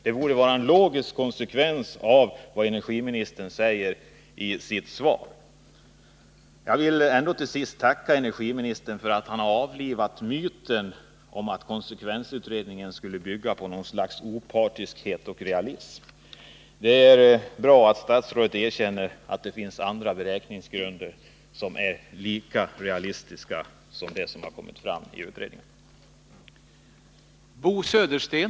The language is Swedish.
Det borde vara en logisk konsekvens av vad energiministern säger i sitt svar. Jag vill ändå till sist tacka energiministern för att han har avlivat myten om att konsekvensutredningen skulle bygga på något slags opartiskhet och realism. Det är bra att statsrådet erkänner att det finns andra beräkningsgrunder, som är lika realistiska som de som har kommit fram i utredningen.